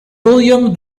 william